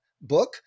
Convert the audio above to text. book